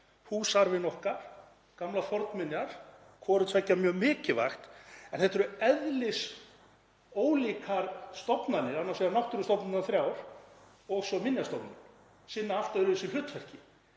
húsaarfinn okkar, gamlar fornminjar. Hvort tveggja mjög mikilvægt. En þetta eru eðlisólíkar stofnanir, annars vegar náttúrustofnanirnar þrjár og svo Minjastofnun. Þær sinna ólíku hlutverki.